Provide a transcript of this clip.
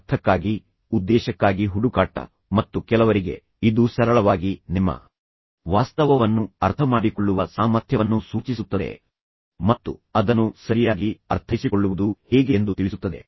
ಅರ್ಥಕ್ಕಾಗಿ ಉದ್ದೇಶಕ್ಕಾಗಿ ಹುಡುಕಾಟ ಮತ್ತು ಕೆಲವರಿಗೆ ಇದು ಸರಳವಾಗಿ ನಿಮ್ಮ ವಾಸ್ತವವನ್ನು ಅರ್ಥಮಾಡಿಕೊಳ್ಳುವ ಸಾಮರ್ಥ್ಯವನ್ನು ಸೂಚಿಸುತ್ತದೆ ಮತ್ತು ಅದನ್ನು ಸರಿಯಾಗಿ ಅರ್ಥೈಸಿಕೊಳ್ಳುವುದು ಹೇಗೆ ಎಂದು ತಿಳಿಸುತ್ತದೆ